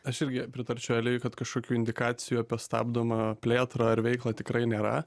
aš irgi pritarčiau elijui kad kažkokių indikacijų apie stabdomą plėtrą ar veiklą tikrai nėra